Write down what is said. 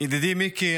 ידידי מיקי,